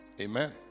Amen